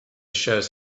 shows